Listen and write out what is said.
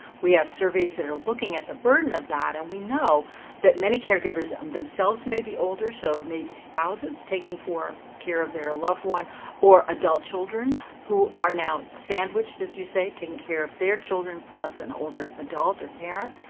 we have surveys that are looking at the burden of that, and we know that many caregivers um themselves may be older, so it may be spouses taking for, care of their loved one or adult children who are now sandwiched, as you say, taking care of their children plus an older adult or parent.